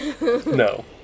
No